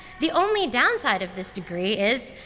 the only downside of this degree is,